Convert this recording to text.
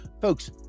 Folks